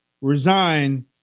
resign